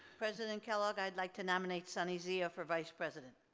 president and kellogg, i'd like to nominate sunny zia for vice president.